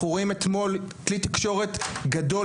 אנחנו רואים כלי תקשורת גדול